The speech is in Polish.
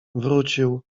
wrócił